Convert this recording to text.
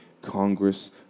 Congress